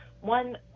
One